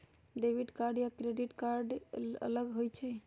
Debit card या credit card अलग होईछ ई?